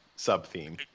sub-theme